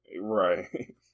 Right